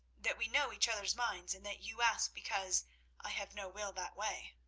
that we know each other's minds, and that you ask because i have no will that way.